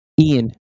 Ian